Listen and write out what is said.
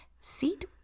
seat